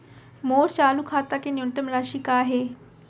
मोर चालू खाता के न्यूनतम राशि का हे?